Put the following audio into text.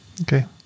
Okay